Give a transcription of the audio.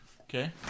Okay